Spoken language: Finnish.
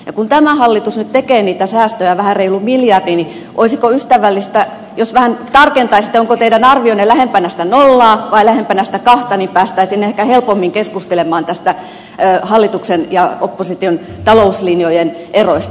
ja kun tämä hallitus nyt tekee niitä säästöjä vähän reilun miljardin niin olisi ystävällistä jos vähän tarkentaisitte onko teidän arvionne lähempänä sitä nollaa vai lähempänä sitä kahta niin päästäisiin ehkä helpommin keskustelemaan näistä hallituksen ja opposition talouslinjojen eroista